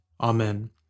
Amen